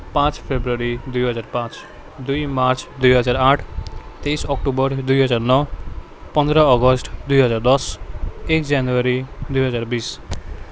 पाँच फेब्रुअरी दुई हजार पाँच दुई मार्च दुई हजार आठ तेइस अक्टोबर दुई हजार नौ पन्ध्र अगस्ट दुई हजार दस एक जनवरी दुई हजार बिस